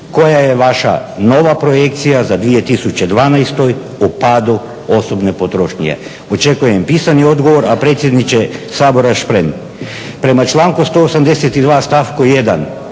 koja je vaša nova projekcija za 2012. o padu osobne potrošnje. Očekujem pisani odgovor, a predsjedniče Sabora Šprem, prema članku 182. stavku 1.